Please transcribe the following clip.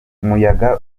umuyaga